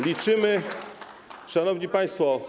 Liczymy, szanowni państwo.